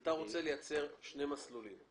אתה רוצה לייצר שני מסלולים,